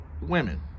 women